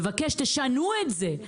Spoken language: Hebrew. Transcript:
מבקש: תשנו את זה,